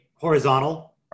horizontal